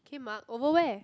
came up over where